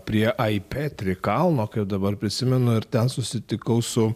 prie ai petri kalno kaip dabar prisimenu ir ten susitikau su